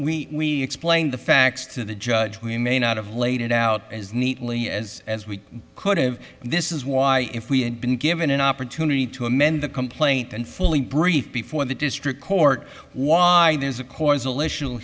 something we explained the facts to the judge we may not have laid it out as neatly as as we could have and this is why if we had been given an opportunity to amend the complaint and fully briefed before the district court wide there's a causal